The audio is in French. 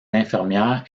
infirmière